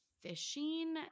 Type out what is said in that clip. fishing